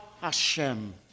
Hashem